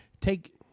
take